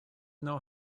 know